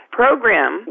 program